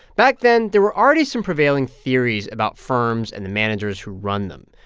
back then, there were already some prevailing theories about firms and the managers who run them.